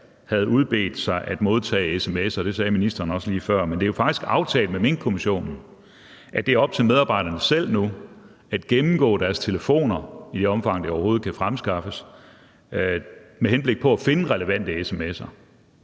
havde udbedt sig at modtage sms'er; det sagde ministeren også lige før. Men det er jo faktisk aftalt med Minkkommissionen, at det er op til medarbejderne selv nu at gennemgå deres telefoner med henblik på at finde relevante sms'er